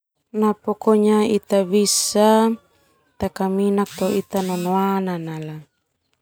Pokonya ita bisa takaminak to ita nonoana nala.